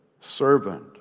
servant